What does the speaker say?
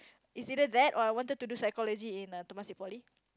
it's either that or I wanted to do psychology in a Temasek Poly